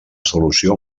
solució